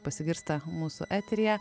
pasigirsta mūsų eteryje